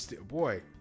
Boy